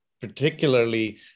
particularly